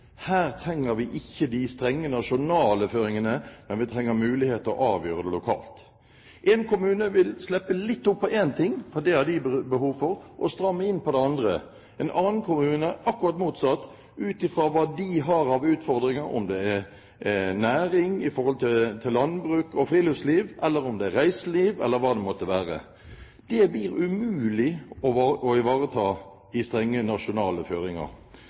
Her trenger vi ikke de strenge nasjonale føringene, men vi trenger mulighet til å avgjøre det lokalt. Én kommune vil slippe litt opp på én ting, for det har de behov for, og stramme inn på det andre – en annen kommune akkurat motsatt, ut fra hva de har av utfordringer, om det er næring knyttet til landbruk og friluftsliv, om det er reiseliv – eller hva det måtte være. Det blir umulig å ivareta i strenge nasjonale føringer.